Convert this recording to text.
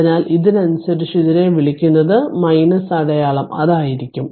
അതിനാൽ ഇതിനനുസരിച്ച് ഇതിനെ വിളിക്കുന്നത് അടയാളം അതായിരിക്കും